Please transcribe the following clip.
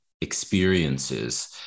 experiences